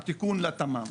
את התיקון לתמ"מ,